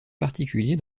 particulier